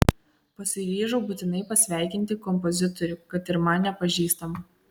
pasiryžau būtinai pasveikinti kompozitorių kad ir man nepažįstamą